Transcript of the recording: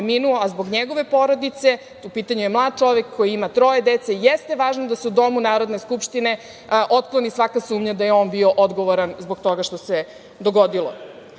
preminuo, a zbog njegove porodice, u pitanju je mlad čovek koji ima troje dece, jeste važno da se u Domu Narodne skupštine otkloni svaka sumnja da je on bio odgovoran zbog toga što se dogodilo. Onda